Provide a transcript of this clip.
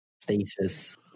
stasis